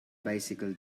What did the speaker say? bicycle